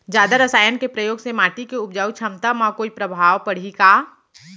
जादा रसायन के प्रयोग से माटी के उपजाऊ क्षमता म कोई प्रभाव पड़ही का?